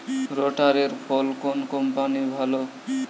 রোটারের ফল কোন কম্পানির ভালো?